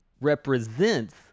represents